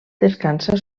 descansa